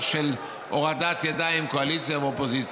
של הורדת ידיים של קואליציה ואופוזיציה.